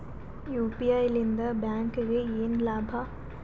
UPI ಲಿಂದ ಬ್ಯಾಂಕ್ಗೆ ಏನ್ ಲಾಭ?